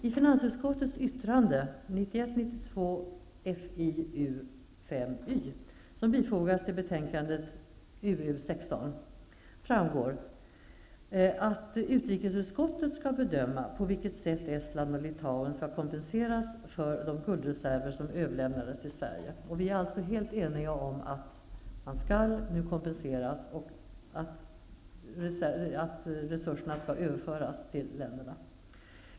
I finansutskottets yttrande 1991/92:FiU5y, som bifogas betänkandet UU16, framgår det att utrikesutskottet skall bedöma på vilket sätt Estland och Litauen skall kompenseras för de guldreserver som överlämnades till Sverige. Vi är alltså helt eniga om att resurser skall överföras till dessa båda länder.